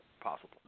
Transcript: possible